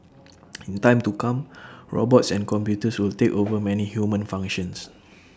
in time to come robots and computers will take over many human functions